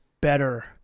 Better